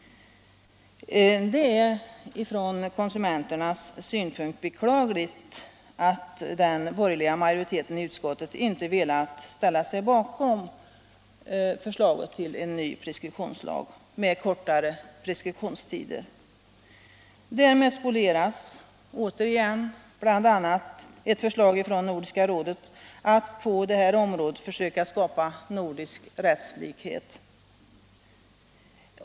Det är från konsumenternas synpunkt beklagligt att den borgerliga majoriteten i utskottet inte velat ställa sig bakom förslaget om en ny preskriptionslag, med kortare preskriptionstider. Därmed spolieras återigen ett förslag från Nordiska rådet att på detta område försöka skapa nordisk rättslikhet.